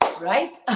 right